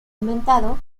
inventado